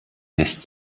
lässt